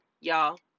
y'all